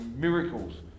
miracles